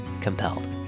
COMPELLED